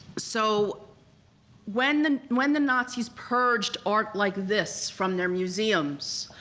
so when the when the nazis purged art like this from their museums,